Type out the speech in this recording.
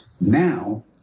Now